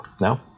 no